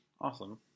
Awesome